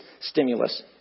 stimulus